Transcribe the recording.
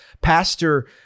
Pastor